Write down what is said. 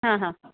हां हां हां